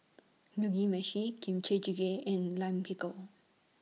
Mugi Meshi Kimchi Jjigae and Lime Pickle